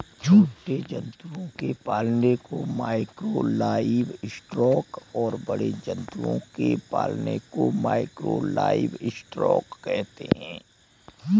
छोटे जंतुओं के पालन को माइक्रो लाइवस्टॉक और बड़े जंतुओं के पालन को मैकरो लाइवस्टॉक कहते है